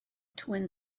twin